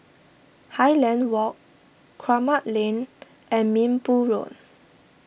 Highland Walk Kramat Lane and Minbu Road